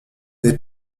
des